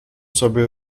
sobre